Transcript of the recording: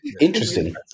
Interesting